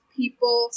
people